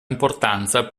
importanza